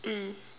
mm